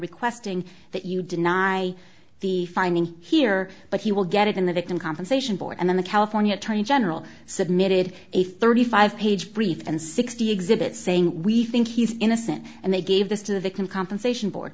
requesting that you deny the finding here but he will get it in the victim compensation board and then the california attorney general submitted a thirty five page brief and sixty exhibits saying we think he's innocent and they gave this to the victim compensation board